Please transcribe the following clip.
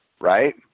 right